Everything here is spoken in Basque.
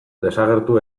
desagertu